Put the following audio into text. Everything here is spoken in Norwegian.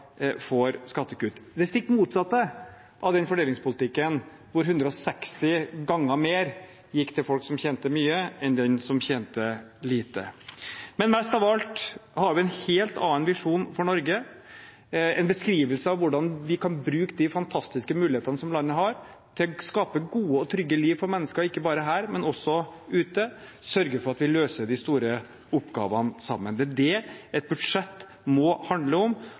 får skattekutt – det stikk motsatte av den fordelingspolitikken hvor 160 ganger mer gikk til folk som tjente mye, enn de som tjente lite. Men mest av alt har vi en helt annen visjon for Norge, en beskrivelse av hvordan vi kan bruke de fantastiske mulighetene som landet har, til å skape gode og trygge liv for mennesker ikke bare her, men også ute, og sørge for at vi løser de store oppgavene sammen. Det er det et budsjett må handle om,